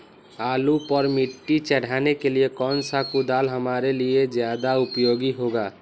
आलू पर मिट्टी चढ़ाने के लिए कौन सा कुदाल हमारे लिए ज्यादा उपयोगी होगा?